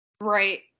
Right